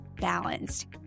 balanced